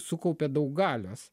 sukaupia daug galios